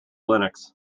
linux